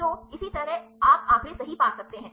तो इसी तरह आप आंकड़े सही पा सकते हैं